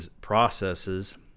processes